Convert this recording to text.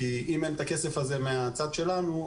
כי אם אין את הכסף הזה מהצד שלנו,